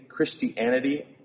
Christianity